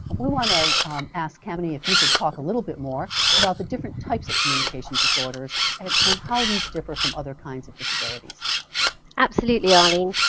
we want to ask kamini. if you could talk a little bit more about the different types of communication disorders and and how these differ from other kinds of disabilities absolutely, arlene